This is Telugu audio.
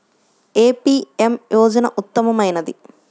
ఏ పీ.ఎం యోజన ఉత్తమమైనది?